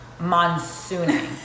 monsooning